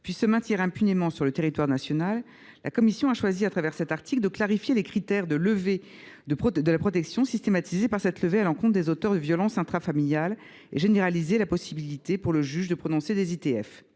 puissent se maintenir impunément sur le territoire national, la commission a choisi, à l’article 9, de clarifier les critères de levée de la protection, de systématiser cette levée à l’encontre des auteurs de violences intrafamiliales et de généraliser la possibilité pour le juge de prononcer des ITF.